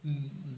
mm mm mm